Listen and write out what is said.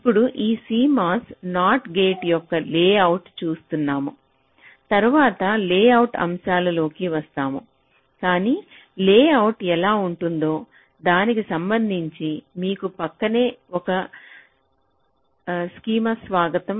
ఇప్పుడు ఈ CMOS NOT gate యొక్క లేఅవుట్ చూస్తున్నాము తరువాత లేఅవుట్ అంశాలలోకి వస్తాము కానీ లేఅవుట్ ఎలా ఉంటుందో దానికి సంబంధించి మీకు పక్కనే ఒక స్కీమాస్వాగతం